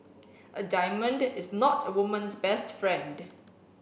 a diamond is not a woman's best friend